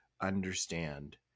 understand